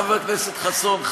חבר הכנסת חסון,